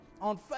on